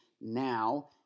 now